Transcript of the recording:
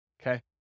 Okay